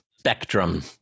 spectrum